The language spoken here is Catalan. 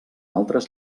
altres